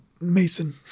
mason